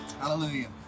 Hallelujah